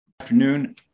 Afternoon